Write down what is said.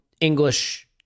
English